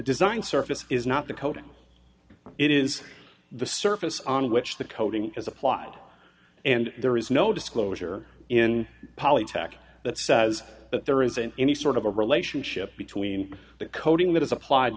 design surface is not the coating it is the surface on which the coating is applied and there is no disclosure in polytech that says that there isn't any sort of a relationship between the coating that is applied